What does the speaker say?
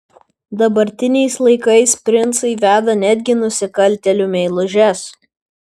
dabartiniais laikais princai veda netgi nusikaltėlių meilužes